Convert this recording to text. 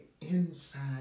inside